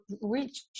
reach